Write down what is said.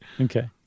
Okay